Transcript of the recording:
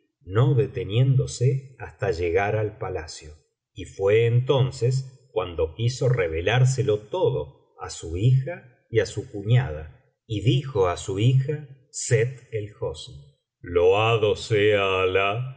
no deteniéndose hasta llegar al palacio y fué entonces cuando quiso revelárselo todo á su hija y á su cuñada y dijo á su hija sett el hosn loado sea alah